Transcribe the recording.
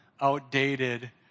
outdated